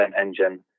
Engine